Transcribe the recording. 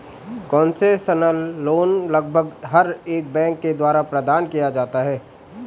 concessional loan लगभग हर एक बैंक के द्वारा प्रदान किया जाता है